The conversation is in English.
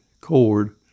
chord